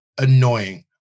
annoying